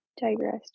digressed